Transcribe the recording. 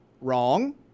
Wrong